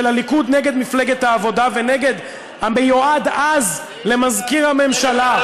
הליכוד נגד מפלגת העבודה ונגד המיועד אז למזכיר הממשלה.